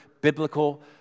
biblical